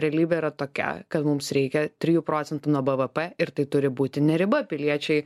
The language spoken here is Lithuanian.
realybė yra tokia kad mums reikia trijų procentų nuo bvp ir tai turi būti ne riba piliečiai